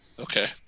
okay